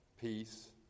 peace